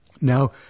Now